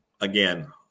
again